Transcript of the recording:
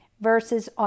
versus